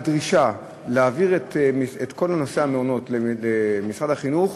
הדרישה להעביר את כל נושא המעונות למשרד החינוך,